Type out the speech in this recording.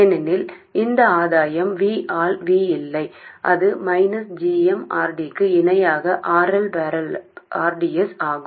ஏனெனில் இந்த ஆதாயம் V ஆல் V இல்லை இது minus g m R D க்கு இணையான RL parallel r d s ஆகும்